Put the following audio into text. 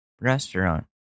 restaurant